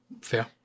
fair